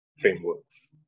frameworks